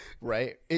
Right